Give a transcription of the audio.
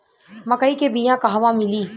मक्कई के बिया क़हवा मिली?